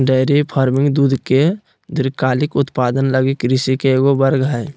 dairy farming दूध के दीर्घकालिक उत्पादन लगी कृषि के एगो वर्ग हइ